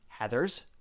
Heathers